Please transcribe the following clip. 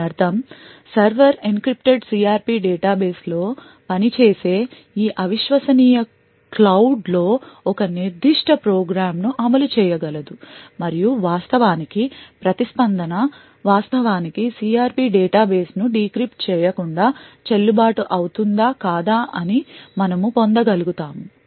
దీని అర్థం server encrypted CRP database లో పనిచేసే ఈ అ విశ్వసనీయ క్లౌడ్ లో ఒక నిర్దిష్ట ప్రోగ్రామ్ను అమలు చేయగలదు మరియు వాస్తవానికి ప్రతిస్పందన వాస్తవానికి CRP డేటాబేస్ను Decrypt చేయకుండా చెల్లుబాటు అవుతుందా కాదా అని అని మనము పొందగలుగుతాము